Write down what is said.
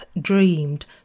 Dreamed